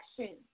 action